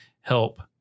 help